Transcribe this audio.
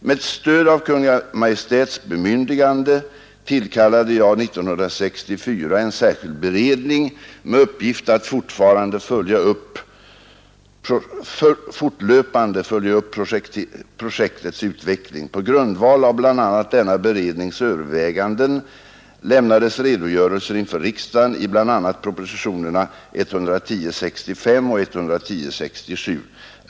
Med stöd av Kungl. Maj:ts bemyndigande tillkallade jag 1964 en särskild beredning med uppgift att fortlöpande följa upp projektets utveckling. På grundval av bl.a. denna berednings överväganden lämnades redogörelser inför riksdagen i bl.a. propositionerna 110 år 1965 och 110 år 1967.